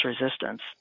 resistance